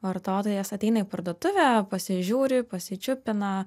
vartotojas ateina į parduotuvę pasižiūri pasičiupina